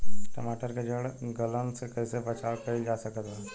टमाटर के जड़ गलन से कैसे बचाव कइल जा सकत बा?